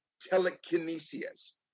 telekinesis